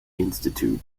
institute